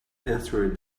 answered